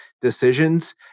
decisions